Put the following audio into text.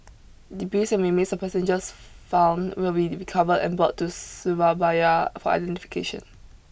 Debris and remains of passengers found will be recovered and brought to Surabaya for identification